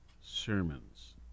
sermons